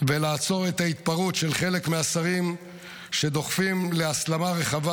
ולעצור את ההתפרעות של חלק מהשרים שדוחפים להסלמה רחבה,